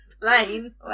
plane